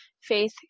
Faith